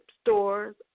stores